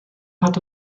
hat